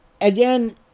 again